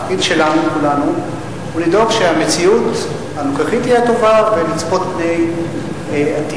התפקיד שלנו הוא לדאוג שהמציאות הנוכחית היא הטובה ולצפות פני העתיד.